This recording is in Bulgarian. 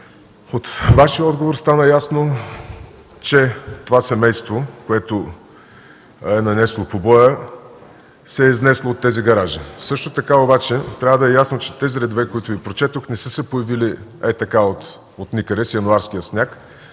От Вашия отговор стана ясно, че това семейство, което е нанесло побоя, се е изнесло от тези гаражи. Също така обаче трябва да е ясно, че тези редове, които Ви прочетох, не са се появили ей така, отникъде, с януарския сняг.